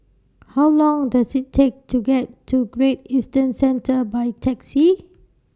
How Long Does IT Take to get to Great Eastern Centre By Taxi